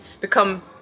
become